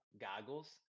goggles